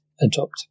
adopt